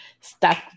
stuck